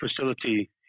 facility